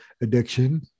addiction